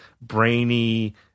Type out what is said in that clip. brainy